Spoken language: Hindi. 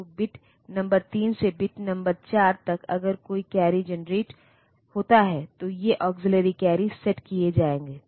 तो बिट नंबर 3 से बिट नंबर 4 तक अगर कोई कैरी जनरेटहोता है तो ये अक्सिल्लरी कैरी सेट किए जाएंगे